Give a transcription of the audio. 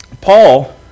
Paul